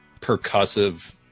percussive